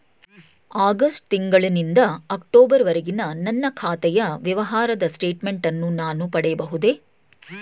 August ತಿಂಗಳು ನಿಂದ October ವರೆಗಿನ ನನ್ನ ಖಾತೆ ವ್ಯವಹಾರದ ಸ್ಟೇಟ್ಮೆಂಟನ್ನು ನಾನು ಪಡೆಯಬಹುದೇ?